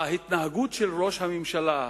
ההתנהגות של ראש הממשלה,